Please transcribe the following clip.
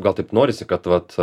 gal taip norisi kad vat